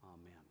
Amen